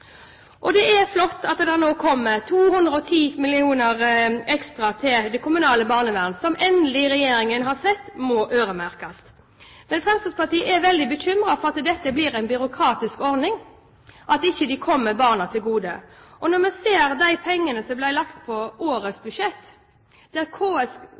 Det er flott at det nå kommer 210 mill. ekstra kroner til det kommunale barnevernet, som regjeringen endelig har sett må øremerkes. Men Fremskrittspartiet er veldig bekymret for at dette blir en byråkratisk ordning, og at den ikke kommer barna til gode. Og når vi ser de pengene som ble lagt på årets budsjett, der KS